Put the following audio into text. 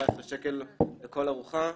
17 שקל לכל ארוחה,